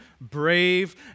brave